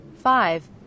Five